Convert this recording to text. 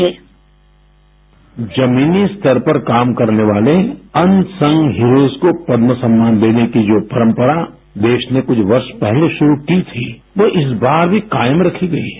bite जमीनी स्तर पर काम करने वाले अनसंग हीरोस को पद्म सम्मान देने की जो परंपरा देश ने कुछ वर्ष पहले शुरू की थी वो इस बार भी कायम रखी गई है